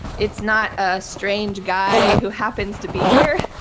it's not a strange guy who happens to be here.